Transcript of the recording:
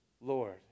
Lord